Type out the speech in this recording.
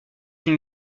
une